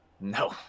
No